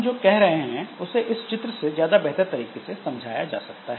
हम जो कह रहे हैं उसे इस चित्र से ज्यादा बेहतर तरीके से समझाया जा सकता है